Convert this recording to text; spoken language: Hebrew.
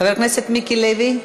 חבר הכנסת מיקי לוי,